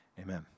Amen